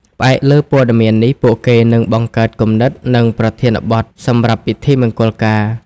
ផ្អែកលើព័ត៌មាននេះ ពួកគេនឹង បង្កើតគំនិត និងប្រធានបទ សម្រាប់ពិធីមង្គលការ។